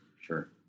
sure